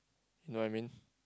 you know what I mean